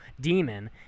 demon